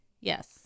Yes